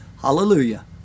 Hallelujah